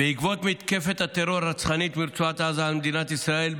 בעקבות מתקפת הטרור הרצחנית ברצועת עזה על מדינת ישראל,